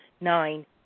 Nine